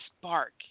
spark